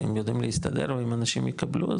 יודעים להסתדר, אבל אם אנשים יקבלו.